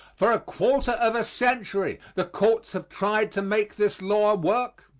for a quarter of a century the courts have tried to make this law work.